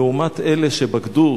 לעומת אלה שבגדו,